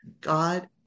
God